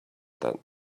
that